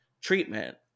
treatment